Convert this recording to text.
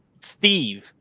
Steve